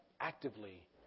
actively